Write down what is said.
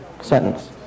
sentence